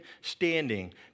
standing